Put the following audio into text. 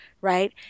Right